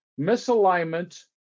misalignment